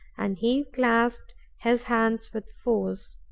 and he clasped his hands with force.